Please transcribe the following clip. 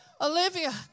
Olivia